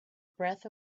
breath